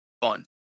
Fun